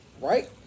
Right